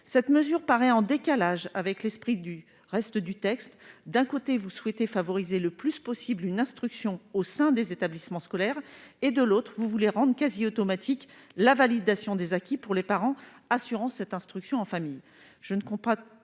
Cette mesure paraît en décalage avec l'esprit général du texte. D'un côté, vous souhaitez favoriser le plus possible une instruction au sein des établissements scolaires ; de l'autre, vous voulez rendre quasiment automatique la validation des acquis pour les parents assurant cette instruction en famille.